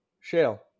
Shale